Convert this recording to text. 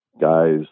guys